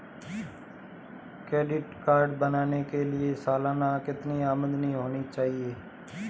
Credit card बनाने के लिए सालाना कितनी आमदनी होनी चाहिए?